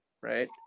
Right